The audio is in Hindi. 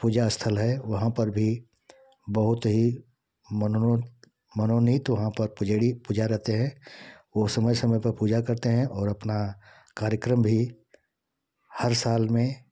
पूजा स्थल है वहाँ पर भी बहुत ही मनोनु मनोन्नीत वहाँ प पुजारी पूजा रहते हैं वो समय समय पर पूजा करते हैं और अपना कार्यक्रम भी हर साल में